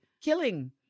killing